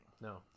No